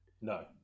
No